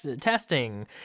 testing